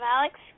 Alex